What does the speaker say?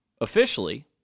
officially